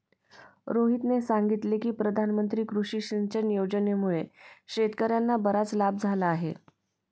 रोहितने सांगितले की प्रधानमंत्री कृषी सिंचन योजनेमुळे शेतकर्यांना बराच लाभ झाला आहे